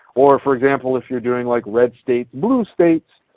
or for example, if you are doing like red states, blue states,